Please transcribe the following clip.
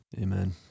Amen